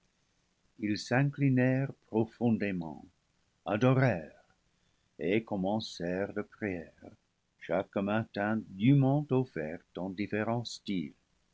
ils s'inclinèrent profondément adorèrent et commencèrent leurs prières chaque matin dûment offertes en différent style